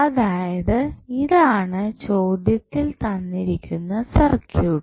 അതായത് ഇതാണ് ചോദ്യത്തിൽ തന്നിരിക്കുന്ന സർക്യൂട്ട്